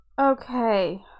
Okay